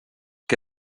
què